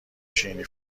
شیرینی